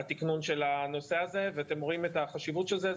התקנון של הנושא הזה ואתם רואים את החשיבות של זה.